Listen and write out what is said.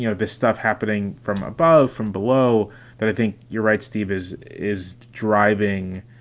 you know this stuff happening from above? from below that? i think you're right. steve is is driving